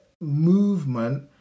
movement